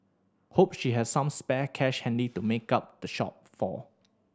hope she has some spare cash handy to make up the shortfall